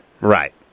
Right